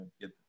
get